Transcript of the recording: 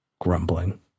grumbling